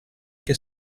che